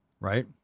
right